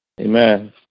Amen